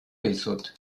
dizut